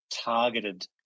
targeted